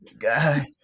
guy